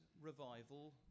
revival